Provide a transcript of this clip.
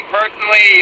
personally